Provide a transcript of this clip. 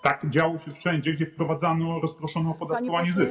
Tak działo się wszędzie, gdzie wprowadzano rozproszone opodatkowanie zysku.